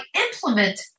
implement